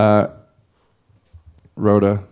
Rhoda